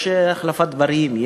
יש החלפת דברים.